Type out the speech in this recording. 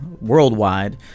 worldwide